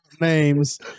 names